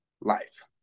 life